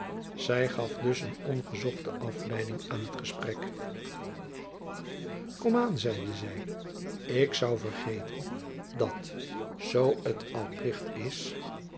zy gaf dus een ongezochte afleiding aan t gesprek kom aan zeide zy ik zoû vergeten dat zoo het al plicht is